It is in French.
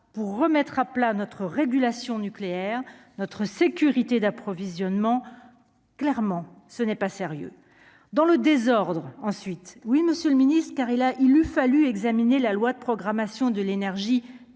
pour remettre à plat notre régulation nucléaire notre sécurité d'approvisionnement, clairement, ce n'est pas sérieux dans le désordre, ensuite, oui, Monsieur le Ministre, car il a, il eut fallu examiner la loi de programmation de l'énergie